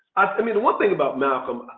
i mean the one thing about malcolm,